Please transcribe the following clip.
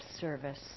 service